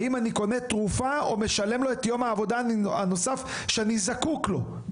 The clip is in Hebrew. האם אני קונה תרופה או משלם לו את יום העבודה הנוסף שאני זקוק לו,